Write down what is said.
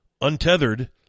untethered